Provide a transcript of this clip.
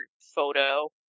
photo